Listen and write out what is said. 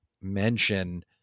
mention